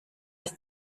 ist